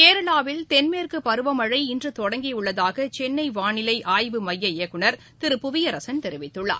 கேரளாவில் தென்மேற்குபருவமழை இன்றுதொடங்கியுள்ளதாகசென்னைவானிலைஆய்வு மைய இயக்குனர் திரு புவியரசன் தெரிவித்துள்ளார்